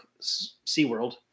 SeaWorld